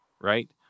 right